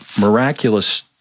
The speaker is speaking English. miraculous